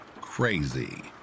Crazy